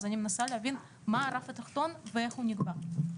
אז אני מנסה להבין מה הרף התחתון ואיך הוא נקבע?